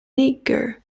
niger